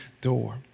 door